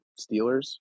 Steelers